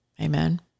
Amen